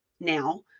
now